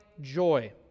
joy